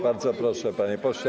Bardzo proszę, panie pośle.